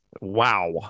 wow